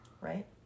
right